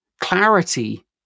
Clarity